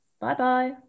Bye-bye